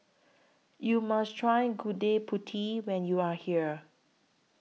YOU must Try Gudeg Putih when YOU Are here